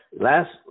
Last